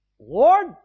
Lord